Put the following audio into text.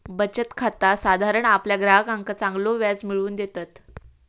बचत खाता साधारण आपल्या ग्राहकांका चांगलो व्याज मिळवून देतत